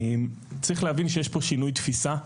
צריך להבין שיש פה שינוי תפיסה.